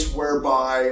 whereby